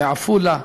לעפולה.